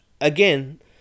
again